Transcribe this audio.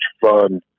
fun